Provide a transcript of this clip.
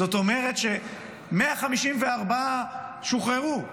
זאת אומרת ש-154 שוחררו,